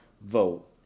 vote